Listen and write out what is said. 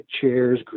chairs